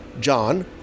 John